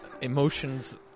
emotions